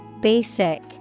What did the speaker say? Basic